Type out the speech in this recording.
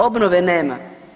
Obnove nema.